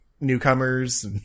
newcomers